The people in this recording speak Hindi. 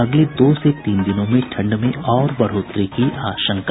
अगले दो से तीन दिनों में ठंड में और बढ़ोतरी की आशंका